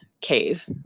cave